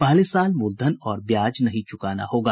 पहले साल मूलधन और ब्याज नहीं चुकाना होगा